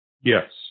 Yes